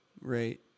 right